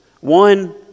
one